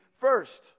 first